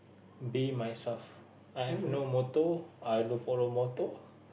be myself I have no motto I don't follow motto